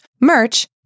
merch